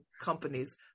companies